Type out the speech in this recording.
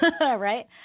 right